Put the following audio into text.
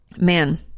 Man